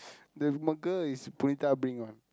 the smoker is Punitha bring one